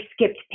skipped